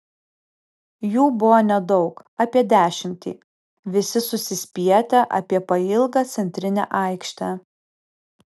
jų buvo nedaug apie dešimtį visi susispietę apie pailgą centrinę aikštę